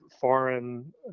foreign